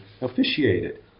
officiated